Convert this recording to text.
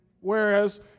Whereas